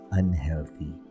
unhealthy